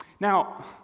Now